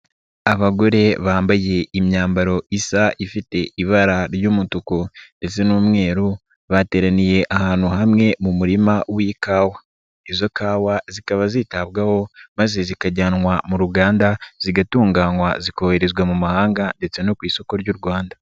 Abagore bambaye imyambaro isa ifite ibara ry'umutuku ndetse n'umweru bateraniye ahantu hamwe mu murima w'ikawa, izo kawa zikaba zitabwaho maze zikajyanwa mu ruganda zigatunganywa zikoherezwa mu mahanga ndetse no ku isoko ry'u Rwanda.